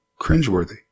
cringeworthy